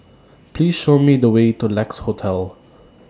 Please Show Me The Way to Lex Hotel